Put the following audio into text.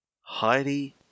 Heidi